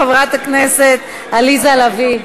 חברת הכנסת עליזה לביא.